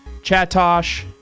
Chatosh